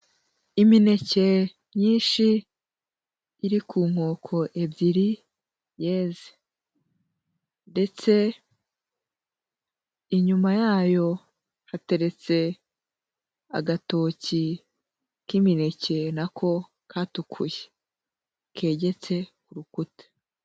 Imineke myinshi iri ku nkoko ebyiri yeze ndetse inyuma yayo hateretse agatoki k'imineke na ko katukuye kegetse ku rukuta.